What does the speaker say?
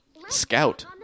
Scout